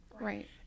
Right